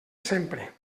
sempre